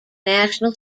national